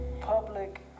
public